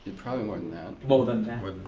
but probably more than that. more than that.